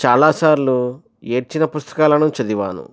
చాలా సార్లు ఏడ్చిన పుస్తకాలను చదివాను